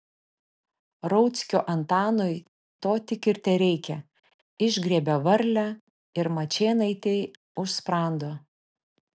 rauckio antanui to tik ir tereikia išgriebia varlę ir mačėnaitei už sprando